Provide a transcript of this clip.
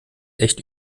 echt